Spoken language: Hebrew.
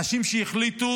אנשים שהחליטו